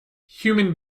human